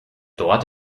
dort